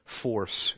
force